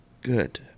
Good